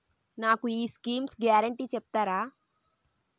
నాకు ఈ schemes guarantee చెప్తారా?